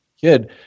Kid